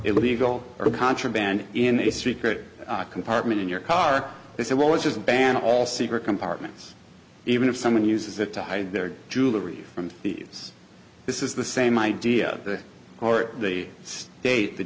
illegal or contraband in a secret compartment in your car they say well it's just ban all secret compartments even if someone uses it to hide their jewelry from thieves this is the same idea or the state the